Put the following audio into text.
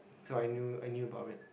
so I knew I knew about it